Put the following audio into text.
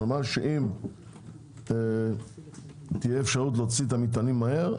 שאם תהיה אפשרות להוציא את המטענים מהר,